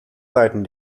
seiten